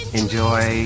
enjoy